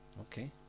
Okay